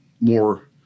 more